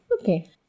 okay